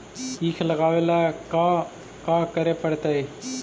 ईख लगावे ला का का करे पड़तैई?